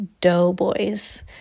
doughboys